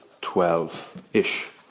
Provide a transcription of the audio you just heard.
twelve-ish